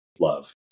love